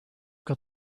got